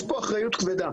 יש פה אחריות כבדה,